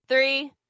Three